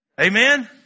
amen